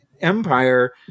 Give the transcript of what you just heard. empire